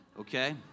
okay